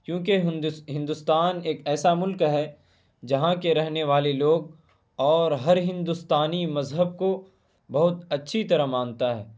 کیوںکہ ہندوستان ایک ایسا ملک ہے جہاں کے رہنے والے لوگ اور ہر ہندوستانی مذہب کو بہت اچھی طرح مانتا ہے